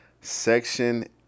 Section